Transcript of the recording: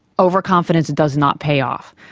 overconfidence does not pay off,